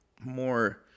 more